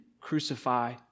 crucify